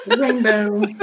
Rainbow